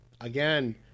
again